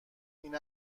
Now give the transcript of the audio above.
این